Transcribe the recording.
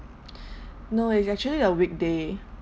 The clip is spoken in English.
no is actually a weekday